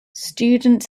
student